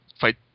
fight